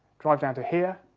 drive down to here,